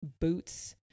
boots